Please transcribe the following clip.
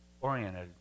oriented